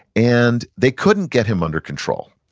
and they couldn't get him under control.